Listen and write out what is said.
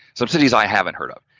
some cities i haven't heard of,